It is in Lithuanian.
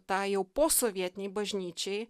tą jau posovietinei bažnyčiai